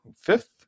fifth